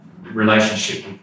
relationship